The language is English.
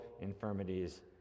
infirmities